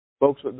Folks